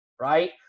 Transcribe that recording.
right